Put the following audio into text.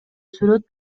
сүрөт